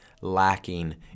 lacking